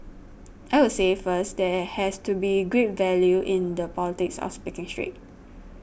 i would say first there has to be great value in the politics of speaking straight